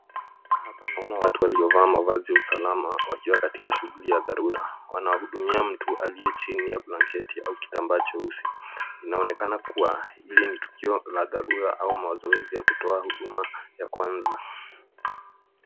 Hapa naona watu waliovaa mavazi ya usalama wakiwa katika shughuli ya dharura. Wanahudumia mtu aliye chini ya blanketi au kitambaa cheusi. Inaonekana kuwa hili ni tukio la dharura au mazoezi ya kutoa huduma ya kwanza.